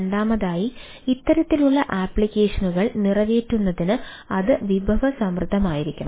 രണ്ടാമതായി ഇത്തരത്തിലുള്ള ആപ്ലിക്കേഷനുകൾ നിറവേറ്റുന്നതിന് അത് വിഭവസമൃദ്ധമായിരിക്കണം